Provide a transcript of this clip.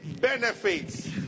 benefits